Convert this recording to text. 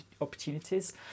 opportunities